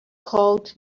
called